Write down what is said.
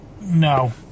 no